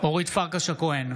אורית פרקש הכהן,